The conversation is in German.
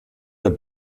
der